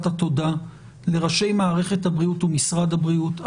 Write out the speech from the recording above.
התודה לראשי מערכת הבריאות ומשרד הבריאות.